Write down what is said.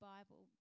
Bible